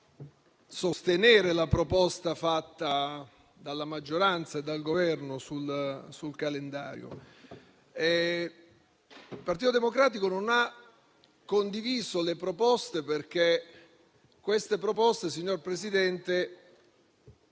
sostenere la proposta fatta dalla maggioranza e dal Governo sul calendario. Il Partito Democratico non ha condiviso tali proposte perché esse, signor Presidente,